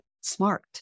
smart